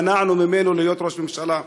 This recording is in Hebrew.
מנענו ממנו להיות ראש ממשלה.